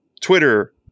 Twitter